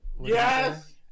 Yes